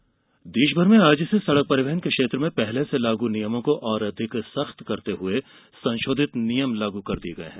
परिवहन देश भर में आज से सड़क परिवहन के क्षेत्र में पहले से लागू नियमों को और अधिक सख्त करते हुए संशोधित नियम लागू कर दिये गये हैं